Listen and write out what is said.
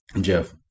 Jeff